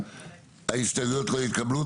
ההסתייגויות לא התקבלו.